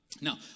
now